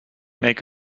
make